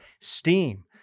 steam